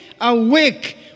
Awake